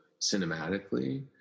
cinematically